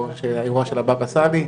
או האירוע של הבאבא סאלי,